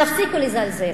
תפסיקו לזלזל.